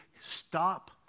stop